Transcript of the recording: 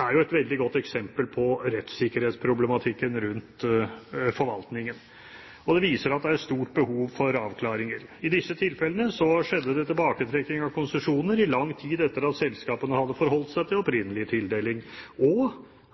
er jo et veldig godt eksempel på rettssikkerhetsproblematikken rundt forvaltningen. Og det viser at det er et stort behov for avklaringer. I disse tilfellene skjedde det tilbaketrekking av konsesjoner i lang tid etter at selskapene hadde forholdt seg til opprinnelig tildeling – og